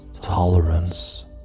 tolerance